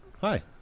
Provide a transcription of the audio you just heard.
hi